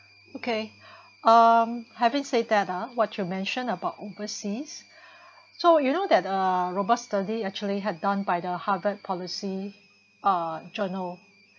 okay um having say that ah what you mention about overseas so you know that uh robust study actually had done by the Harvard policy ah journal